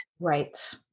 Right